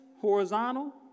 horizontal